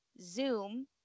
Zoom